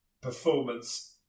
performance